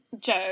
Joe